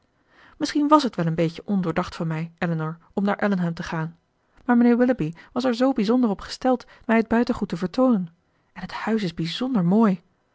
misschien was het wel een beetje ondoordacht van mij elinor om mee naar allenham te gaan maar mijnheer willoughby was er zoo bijzonder op gesteld mij het buitengoed te vertoonen en het huis is bijzonder mooi